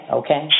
okay